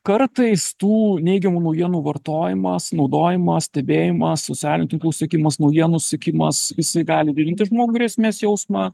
kartais tų neigiamų naujienų vartojimas naudojimas stebėjimas socialinių tinklų sekimas naujienų sekimas jisai gali didinti žmogui grėsmės jausmą